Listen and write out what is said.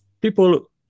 people